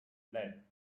them